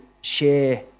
share